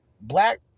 black